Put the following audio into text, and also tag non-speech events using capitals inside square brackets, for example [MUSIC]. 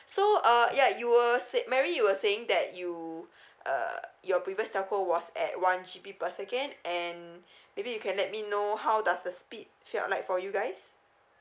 so uh ya you were said mary you were saying that you [BREATH] uh your previous telco was at one G_B per second and [BREATH] maybe you can let me know how does the speed felt like for you guys